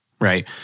right